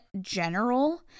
general